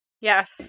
Yes